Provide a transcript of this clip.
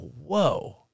Whoa